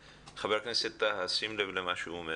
חבר הכנסת טאהא, שים לב למה שהוא אומר,